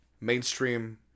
mainstream